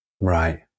Right